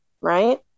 right